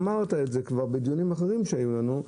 אמרת את זה כבר בדיונים אחרים שהיו לנו.